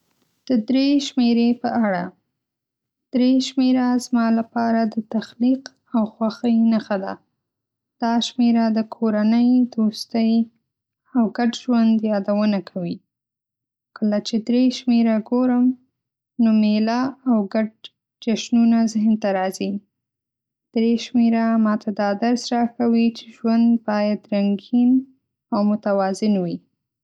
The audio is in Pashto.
د ۳ شمېرې په اړه: ۳ شمېره زما لپاره د تخلیق او خوښۍ نښه ده. دا شمېره د کورنۍ، دوستۍ، او ګډ ژوند یادونه کوي. کله چې ۳ شمېره ګورم، نو میله او ګډ جشنونه ذهن ته راځي. ۳ شمېره ماته دا درس راکوي چې ژوند باید رنګین او متوازن وي.